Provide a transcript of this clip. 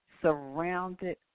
surrounded